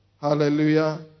Hallelujah